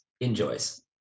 enjoys